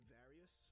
various